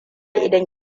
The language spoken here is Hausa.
idan